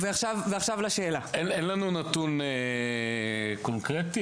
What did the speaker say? אין לנו נתון קונקרטי.